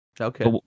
Okay